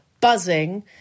buzzing